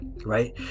Right